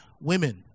women